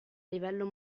livello